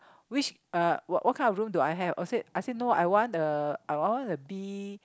which uh what kind of room do I have I say I say no I want a I want a B